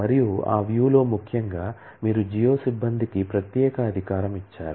మరియు ఆ వ్యూ లో ముఖ్యంగా మీరు జియో సిబ్బందికి ప్రత్యేక అధికారం ఇచ్చారు